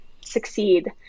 succeed